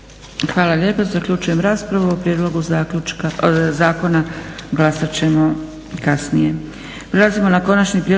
Hvala lijepa. Zaključujem raspravu. O prijedlogu zakona glasat ćemo kasnije.